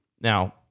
Now